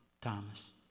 Thomas